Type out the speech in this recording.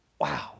Wow